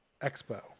Expo